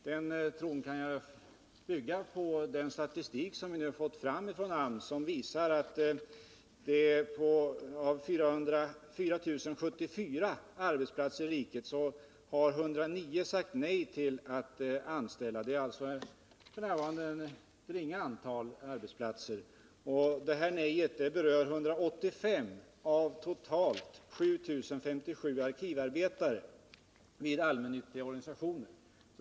Den tron kan jag bygga på den statistik som vi nu fått från AMS och som visar att av 4 074 arbetsplatser i riket har 109 sagt nej till anställningar. Det är alltså f. n. ett ringa antal. Detta nej berör 185 av totalt 7 057 arkivarbetare vid allmännyttiga organisationer.